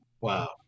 wow